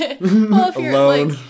alone